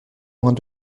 moins